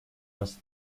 must